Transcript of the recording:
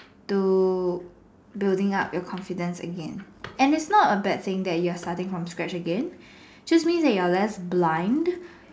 to building up your confidence again and it's not a bad thing that you are starting from scratch again just mean that you are less blind